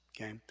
Okay